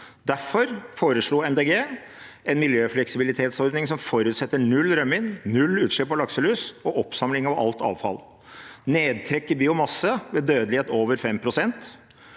De Grønne en miljøfleksibilitetsordning som forutsetter null rømming, null utslipp av lakselus og oppsamling av alt avfall, nedtrekk i biomasse ved dødelighet over 5 pst.,